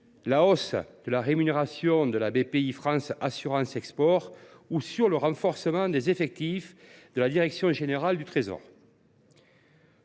la hausse de la rémunération de Bpifrance Assurance Export ou sur le renforcement des effectifs de la direction générale du Trésor.